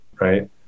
right